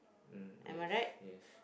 um yes yes